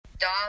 Dog